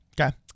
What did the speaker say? Okay